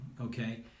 okay